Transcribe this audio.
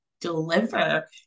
deliver